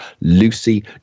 Lucy